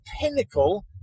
pinnacle